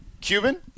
Cuban